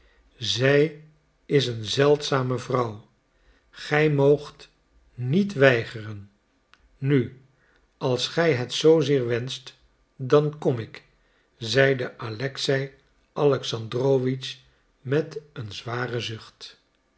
zij is een zeldzame vrouw gij moogt niet weigeren nu als gij het zoozeer wenscht dan kom ik zeide alexei alexandrowitsch met een zwaren zucht